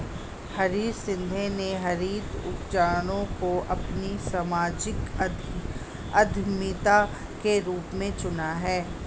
हरीश शिंदे ने हरित ऊर्जा को अपनी सामाजिक उद्यमिता के रूप में चुना है